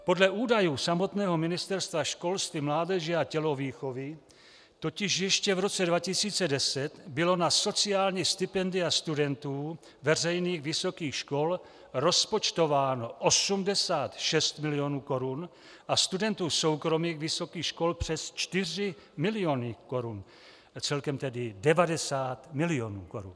Podle údajů samotného Ministerstva školství, mládeže a tělovýchovy totiž ještě v roce 2010 bylo na sociální stipendia studentů veřejných vysokých škol rozpočtováno 86 mil. korun a studentů soukromých vysokých škol přes 4 mil. korun, celkem tedy 90 mil. korun.